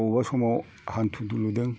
बबेबा समाव हान्थु दुलुनदों